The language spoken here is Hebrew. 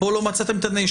פה לא מצאתם את הנאשם,